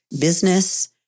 business